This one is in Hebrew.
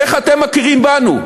איך אתם מכירים בנו?